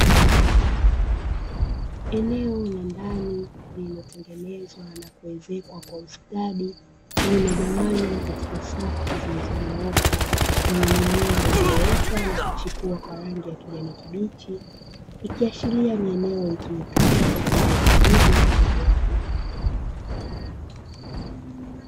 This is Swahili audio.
Eneo la ndani lililotengenezwa na kuezekwa kwa ustadi lililogawanywa katika safu zilizonyooka zenye mimea iliyoota na kuchipua kwa rangi ya kijani kibichi, ikiashiria ni eneo litumikalo kwa ajili ya kilimo cha viwanda.